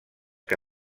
que